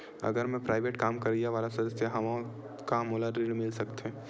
अगर मैं प्राइवेट काम करइया वाला सदस्य हावव का मोला ऋण मिल सकथे?